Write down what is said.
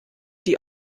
die